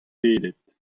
pedet